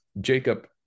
Jacob